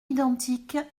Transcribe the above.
identiques